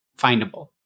findable